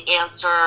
answer